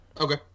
Okay